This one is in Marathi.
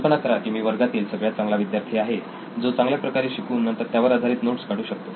कल्पना करा की मी वर्गातील सगळ्यात चांगला विद्यार्थी आहे जो चांगल्या प्रकारे शिकून नंतर त्यावर आधारित नोट्स काढू शकतो